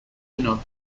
enough